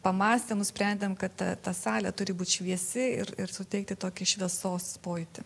pamąstę nusprendėm kad ta ta salė turi būt šviesi ir ir suteikti tokį šviesos pojūtį